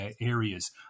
areas